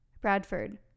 Bradford